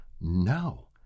no